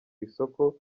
isoko